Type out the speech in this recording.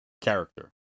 character